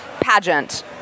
pageant